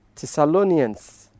Thessalonians